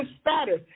status